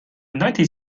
united